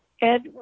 Ed